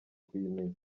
kuyimenya